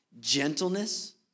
gentleness